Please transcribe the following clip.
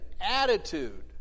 attitude